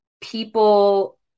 people